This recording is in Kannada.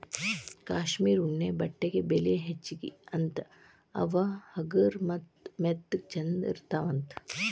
ಕಾಶ್ಮೇರ ಉಣ್ಣೆ ಬಟ್ಟೆಗೆ ಬೆಲಿ ಹೆಚಗಿ ಅಂತಾ ಅವ ಹಗರ ಮತ್ತ ಮೆತ್ತಗ ಚಂದ ಇರತಾವಂತ